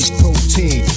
protein